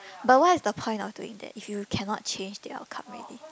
but what is the point of doing that if you cannot change the outcome already